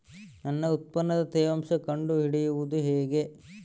ನನ್ನ ಉತ್ಪನ್ನದ ತೇವಾಂಶ ಕಂಡು ಹಿಡಿಯುವುದು ಹೇಗೆ?